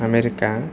America